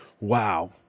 wow